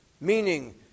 Meaning